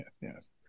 Yes